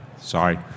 Sorry